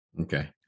Okay